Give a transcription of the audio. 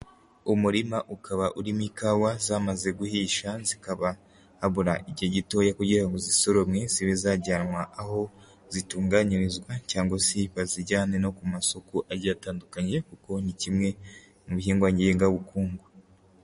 Umurima ukaba urimo ikawa zamaze guhisha, zikaba habura igihe gitoya kugira ngo zisoromwe zibe zajyanwa, aho zitunganyirizwa cyangwa se bazijyane no ku masoko agiye atandukanye, kuko ni kimwe mu bihingwa ngengabukungu.